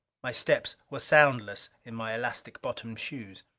my steps were soundless in my elastic-bottomed shoes.